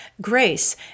Grace